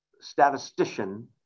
statistician